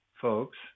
folks